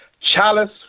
chalice